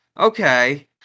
Okay